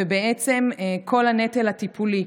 ובעצם כל הנטל הטיפולי,